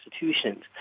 institutions